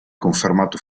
confermato